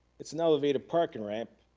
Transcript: it's an elevated parking ramp,